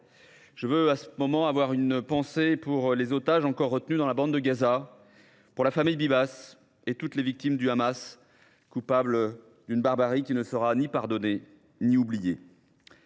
du 7 octobre 2023. J’ai une pensée pour les otages encore retenus dans la bande de Gaza, pour la famille Bibas et pour toutes les victimes du Hamas, coupable d’une barbarie qui ne sera ni pardonnée ni oubliée.